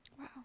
Wow